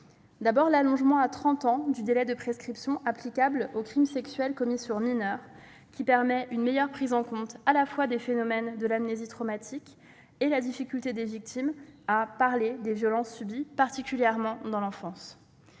L'allongement à trente ans du délai de prescription applicable aux crimes sexuels commis sur mineurs permettra une meilleure prise en compte des phénomènes d'amnésie traumatique et de la difficulté des victimes à parler des violences subies, particulièrement dans l'enfance.